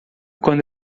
quando